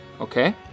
Okay